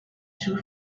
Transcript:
too